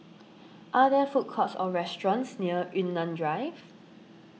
are there food courts or restaurants near Yunnan Drive